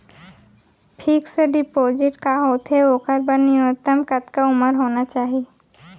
Fix deposit का होथे ओखर बर न्यूनतम कतका उमर होना चाहि?